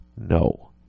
No